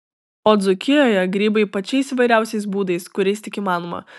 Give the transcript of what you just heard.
o dzūkijoje grybai pačiais įvairiausiais būdais kuriais tik įmanoma